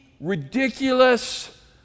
ridiculous